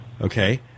Okay